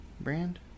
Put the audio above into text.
brand